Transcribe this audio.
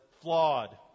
flawed